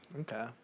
Okay